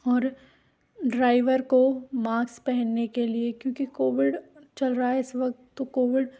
और ड्राईवर को मास्क पहनने के लिए क्योंकि कोविड चल रहा है इस वक्त तो कोविड